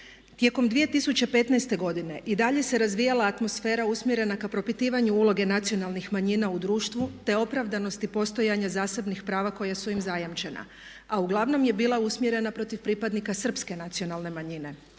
Tijekom 2015.godine i dalje se razvijala atmosfera usmjerena ka propitivanju uloge nacionalnih manjina u društvu te opravdanosti postojanja zasebnih prava koja su im zajamčena a uglavnom je bila usmjerena protiv pripadnika Srpske nacionalne manjine.